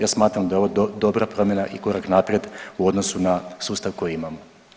Ja smatram da je ovo dobra promjena i korak naprijed u odnosu na sustav koji imamo.